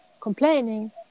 complaining